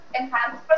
enhance